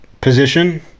position